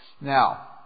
Now